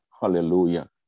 Hallelujah